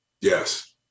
Yes